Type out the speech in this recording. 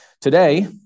Today